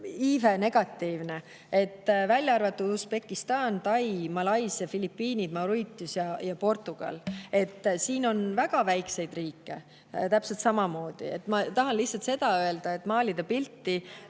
iive negatiivne, välja arvatud Usbekistan, Tai, Malaisia, Filipiinid, Mauritius ja Portugal. Siin on väga väikseid riike täpselt samamoodi. Ma tahan lihtsalt öelda, et maalida pilt,